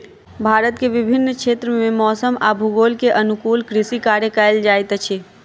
भारत के विभिन्न क्षेत्र में मौसम आ भूगोल के अनुकूल कृषि कार्य कयल जाइत अछि